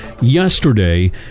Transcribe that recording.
Yesterday